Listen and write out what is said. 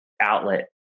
outlet